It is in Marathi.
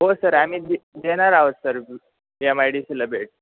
हो सर आम्ही दे देणार आहोत सर एम आय डी सीला भेट